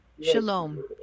Shalom